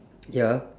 ya